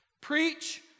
Preach